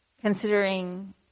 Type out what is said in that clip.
considering